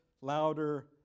louder